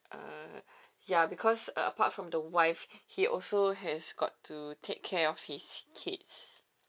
uh ya because uh apart from the wife he also has got to take care of his kids